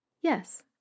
Yes